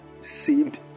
saved